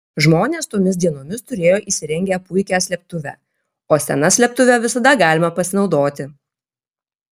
žmonės tomis dienomis turėjo įsirengę puikią slėptuvę o sena slėptuve visada galima pasinaudoti